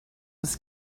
was